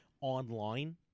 online